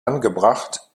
angebracht